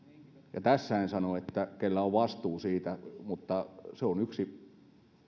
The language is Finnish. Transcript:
ja tässä en sano kenellä on vastuu siitä mutta se on yksi